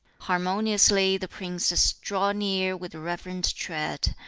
harmoniously the princes draw near with reverent tread,